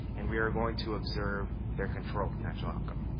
and we are going to observe their control potential outcome.